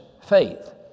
faith